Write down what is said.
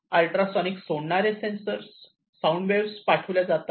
ultrasound सोडणारे sound waves पाठविल्या जातात